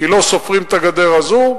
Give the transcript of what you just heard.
כי לא סופרים את הגדר הזאת,